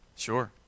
sure